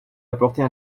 apporter